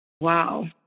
Wow